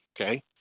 okay